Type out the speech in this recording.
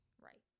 Right